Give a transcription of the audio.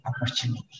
opportunity